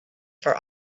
for